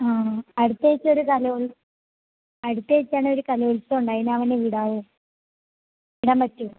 ആ അടുത്തയാഴ്ച ഒരു അടുത്തയാഴ്ചയാണെങ്കില് ഒരു കലോൽസവമുണ്ട് അതിനവനെ വിടാമോ വിടാൻ പറ്റുമോ